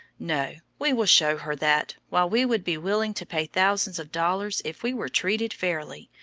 no we will show her that, while we would be willing to pay thousands of dollars if we were treated fairly,